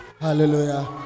Hallelujah